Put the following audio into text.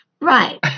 right